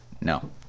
No